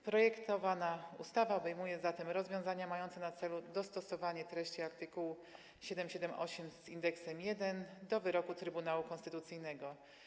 Projektowana ustawa obejmuje zatem rozwiązania mające na celu dostosowanie treści art. 778 do wyroku Trybunału Konstytucyjnego.